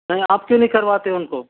नहीं आप क्यों नहीं करवाते उनको